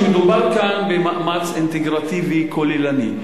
שמדובר כאן במאמץ אינטגרטיבי כוללני.